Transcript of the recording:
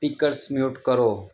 speakers mute કરો